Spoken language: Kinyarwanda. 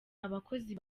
abakozi